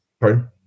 Pardon